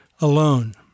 alone